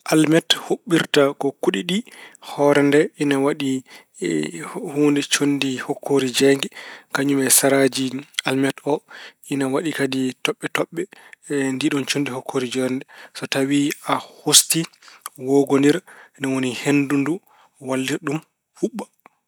Almet huɓɓirta ko kuɗi ɗi. Hoore nde ine waɗi huunde, conndi hokkoori jeeynge. Kañum e saraaji almet ina waɗi kadi toɓɓe toɓɓe ndiiɗoon conndi hokkoori jeeynge. So tawi a hosti, woogondira, ni woni henndu ndu wallita ɗum, huɓɓa.